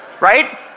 Right